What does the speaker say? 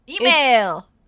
Email